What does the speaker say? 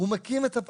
הוא מקים את הפרויקט.